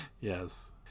Yes